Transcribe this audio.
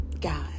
God